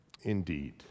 indeed